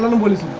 wilson